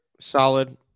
solid